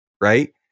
right